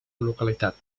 localitat